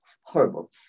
Horrible